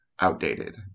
outdated